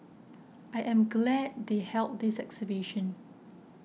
I am glad they held this exhibition